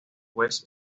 juez